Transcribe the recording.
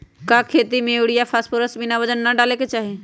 का खेती में यूरिया फास्फोरस बिना वजन के न डाले के चाहि?